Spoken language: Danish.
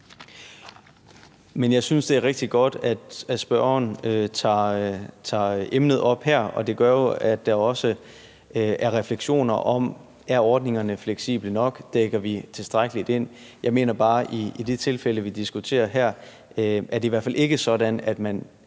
Men jeg synes, det er rigtig godt, at spørgeren tager emnet op her, og det gør jo, at der også er refleksioner over: Er ordningerne fleksible nok, og dækker vi tilstrækkeligt ind? Jeg mener bare, at i det tilfælde, vi diskuterer her, er det i hvert fald ikke sådan, at man